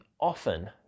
often